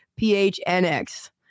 PHNX